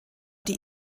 die